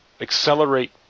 accelerate